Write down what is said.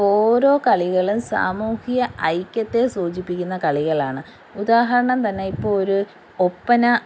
ഓരോ കളികളും സാമൂഹ്യ ഐക്യത്തെ സൂചിപ്പിക്കുന്ന കളികളാണ് ഉദാഹരണം തന്നെ ഇപ്പോൾ ഒരു ഒപ്പന